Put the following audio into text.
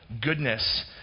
Goodness